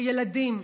הילדים,